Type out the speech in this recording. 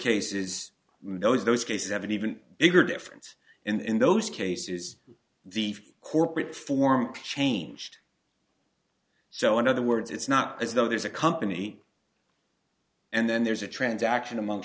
cases those those cases have an even bigger difference and in those cases the corporate form changed so in other words it's not as though there's a company and then there's a transaction among